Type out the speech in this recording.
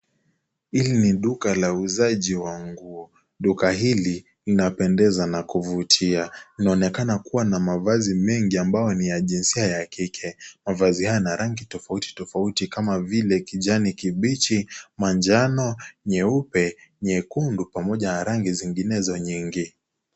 Hili ni duka la uuzaji wa nguo. Duka hili linapendeza na kuvutia. Linaonekana kuwa na mavazi mengi ambayo ni ya jinsia la kike. Mavazi hayo yana rangi tofauti tofauti kama vile, kijani kibichi, manjano, nyeupe, nyekundu, pamoja na rangi zinginezo nyingi.